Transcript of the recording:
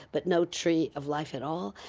but no tree of life at all.